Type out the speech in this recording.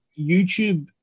youtube